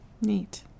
Neat